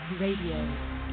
Radio